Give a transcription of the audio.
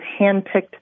handpicked